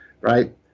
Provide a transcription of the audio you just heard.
right